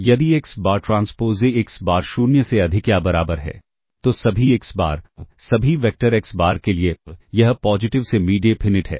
यदि x bar transpose A x bar 0 से अधिक या बराबर है तो सभी एक्स बार सभी वेक्टर एक्स बार के लिए यह पॉजिटिव सेमी डेफिनिट है